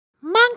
Monkey